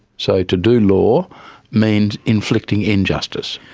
so to do law means inflicting injustice.